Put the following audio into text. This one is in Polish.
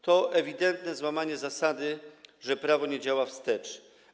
To ewidentne złamanie zasady, że prawo nie działa wstecz.